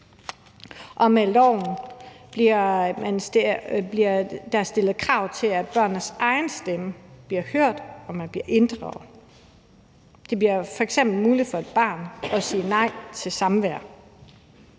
Og med loven bliver der stillet krav til, at børnenes egen stemme bliver hørt, og at man bliver inddraget. Det bliver f.eks. muligt for et barn at sige nej til samvær.